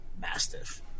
Mastiff